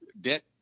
debt